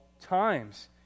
times